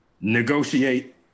negotiate